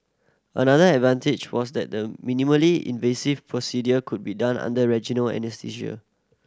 another advantage was that the minimally invasive procedure could be done under regional anaesthesia